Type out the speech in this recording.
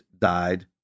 died